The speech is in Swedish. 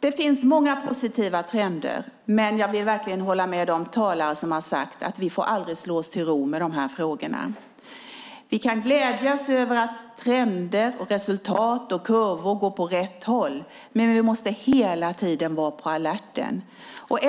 Det finns många positiva trender, men jag håller med de talare som har sagt att vi aldrig får slå oss till ro när det gäller de här frågorna. Vi kan glädjas över att trender, resultat och kurvor går åt rätt håll, men vi måste hela tiden vara på alerten.